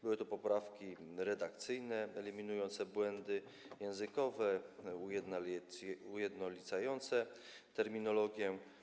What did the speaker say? Były to poprawki redakcyjne, eliminujące błędy językowe, ujednolicające terminologię.